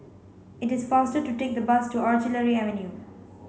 it is faster to take the bus to Artillery Avenue